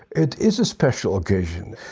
it is a special occasion.